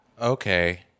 Okay